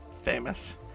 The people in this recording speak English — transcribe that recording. famous